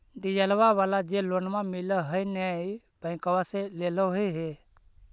डिजलवा वाला जे लोनवा मिल है नै बैंकवा से लेलहो हे?